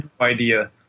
Idea